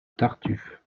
tartuffe